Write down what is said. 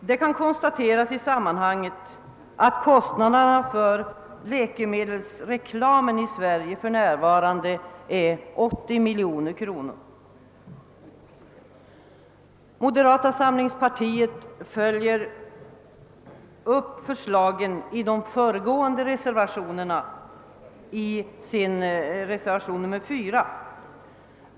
Det kan i detta sammanhang konstateras, att kostnaderna för läkemedelsreklamen i Sverige för närvarande är 80 miljoner kronor. Moderata samlingspartiet följer upp förslagen i de föregående reservationerna i reservationen 4.